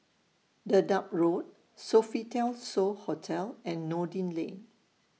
Dedap Road Sofitel So Hotel and Noordin Lane